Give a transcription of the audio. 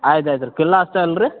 ಆಯ್ತು ಆಯ್ತು ರೀ ಕಿಲಾ ಅಷ್ಟೇ ಅಲ್ಲ ರೀ